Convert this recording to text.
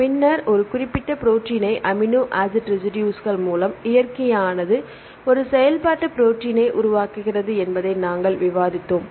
பின்னர் ஒரு குறிப்பிட்ட ப்ரோடீனை அமினோ ஆசிட் ரெசிடுஸ்கள் மூலம் இயற்கையானது ஒரு செயல்பாட்டு ப்ரோடீனை உருவாக்குகிறது என்பதை நாங்கள் விவாதித்தோம்